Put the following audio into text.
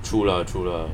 true lah true lah